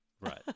right